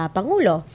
Pangulo